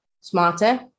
smarter